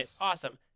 awesome